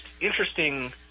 interesting